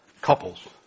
couples